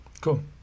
cool